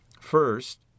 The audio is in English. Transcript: First